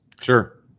Sure